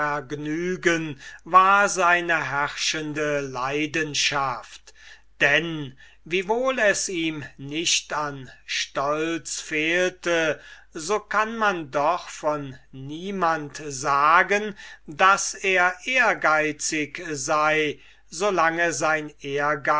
war seine herrschende leidenschaft denn wiewohl es ihm nicht an stolz fehlte so kann man doch von niemand sagen daß er ehrgeizig sei so lange sein